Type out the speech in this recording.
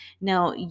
Now